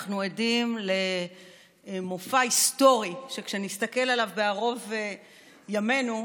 אנחנו עדים למופע היסטורי שכשנסתכל עליו בערוב ימינו נגיד: